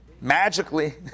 magically